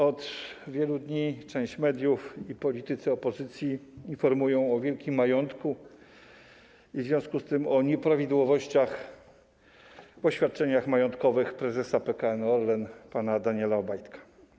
Od wielu dni część mediów i politycy opozycji informują o wielkim majątku i w związku z tym o nieprawidłowościach w oświadczeniach majątkowych prezesa PKN Orlen pana Daniela Obajtka.